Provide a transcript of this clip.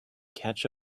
catch